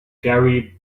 gary